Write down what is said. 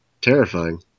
terrifying